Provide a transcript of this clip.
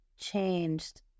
changed